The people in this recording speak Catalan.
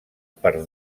per